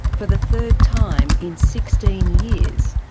for the third time in sixteen years,